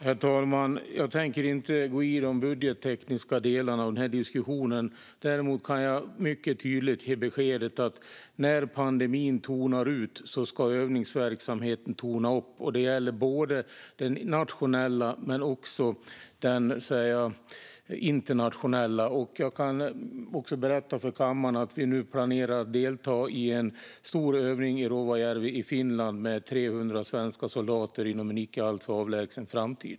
Herr talman! Jag tänker inte gå in i de budgettekniska delarna av diskussionen. Däremot kan jag mycket tydligt ge beskedet att när pandemin tonar ut ska övningsverksamheten tona upp. Det gäller både den nationella och den internationella. Jag kan berätta för kammaren att vi nu planerar att delta i en stor övning i Rovajärvi i Finland med 300 svenska soldater inom en icke alltför avlägsen framtid.